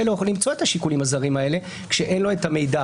למצוא את השיקולים הזרים האלה כשאין לו את המידע.